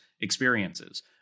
experiences